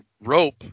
rope